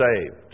saved